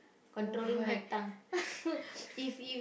oh why